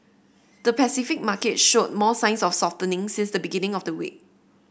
the Pacific market showed more signs of softening since the beginning of the week